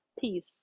Peace